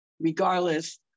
regardless